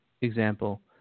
example